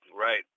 Right